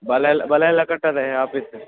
ಬಲೆಯೆಲ್ಲಾ ಬಲೆಯೆಲ್ಲಾ ಕಟ್ಟಿದೆ ಆಫೀಸ್